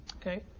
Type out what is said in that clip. Okay